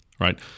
Right